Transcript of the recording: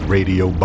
Radio